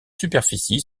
superficie